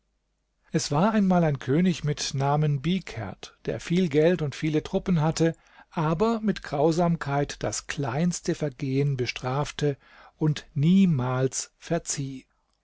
es war einmal ein könig mit namen bihkerd der viel geld und viele truppen hatte aber mit grausamkeit das kleinste vergehen bestrafte und niemals verzieh